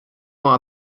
rend